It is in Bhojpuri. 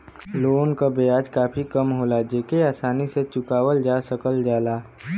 लोन क ब्याज काफी कम होला जेके आसानी से चुकावल जा सकल जाला